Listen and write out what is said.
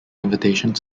invitations